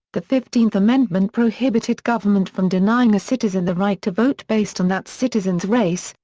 the fifteenth amendment prohibited government from denying a citizen the right to vote based on that citizen's race,